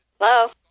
hello